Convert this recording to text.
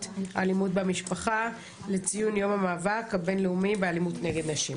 אלימות במשפחה לציון יום המאבק הבינלאומי באלימות נגד נשים.